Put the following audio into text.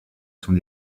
son